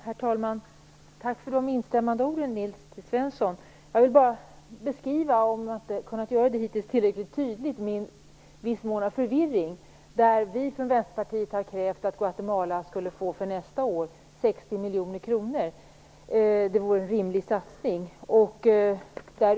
Herr talman! Tack för de instämmande orden, Nils Jag ville bara beskriva min förvirring. Vi från Vänsterpartiet har krävt att Guatemala skulle få 60 miljoner kronor för nästa år - det vore en rimlig satsning.